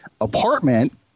apartment